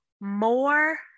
more